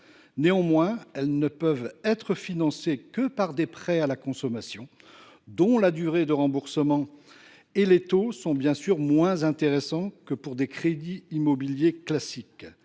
acquisition ne peut être financée que par des prêts à la consommation dont la durée de remboursement et les taux sont moins intéressants que ceux des crédits immobiliers classiques.